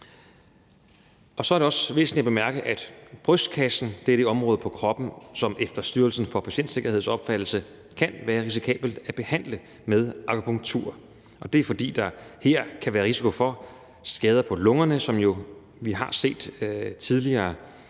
Så er det også væsentligt at bemærke, at brystkassen er det område på kroppen, som det efter Styrelsen for Patientsikkerheds opfattelse kan være risikabelt at behandle med akupunktur, fordi der her kan være risiko for skader på lungerne. Vi har faktisk tidligere